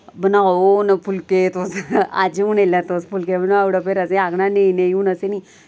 बनाओ हून फुल्के तुस अज्ज हून इसलै तुस फुल्के बनाई ओड़ो फिर असें आखना नेईं नेईं हून असें नेईं